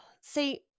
See